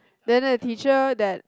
then the teacher that